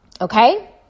Okay